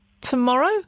tomorrow